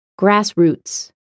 Grassroots